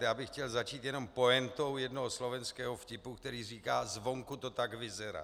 Já bych chtěl začít jenom pointou jednoho slovenského vtipu, která říká zvonku to tak vyzerá.